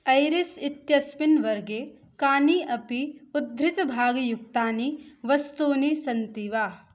Iris इत्यस्मिन् वर्गे कानि अपि उद्धृतभागयुक्तानि वस्तूनि सन्ति वा